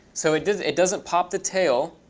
so it doesn't it doesn't pop the tail